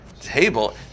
Table